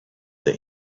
that